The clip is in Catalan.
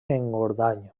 engordany